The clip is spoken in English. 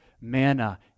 manna